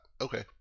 okay